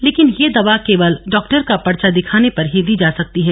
लेकिन यह दवा केवल डाक्टर का पर्चा दिखाने पर ही दी जा सकती है